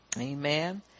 Amen